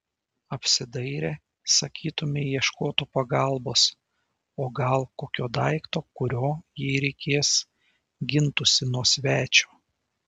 apsidairė sakytumei ieškotų pagalbos o gal kokio daikto kuriuo jei reikės gintųsi nuo svečio